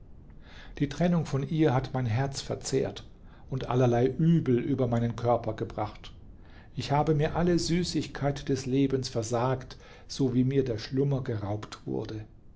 die trennung von ihr hat mein herz verzehrt und allerlei übel über meinen körper gebracht ich habe mir alle süßigkeit des lebens versagt so wie mir der schlummer geraubt wurde